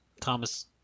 Thomas